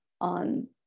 on